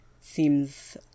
Seems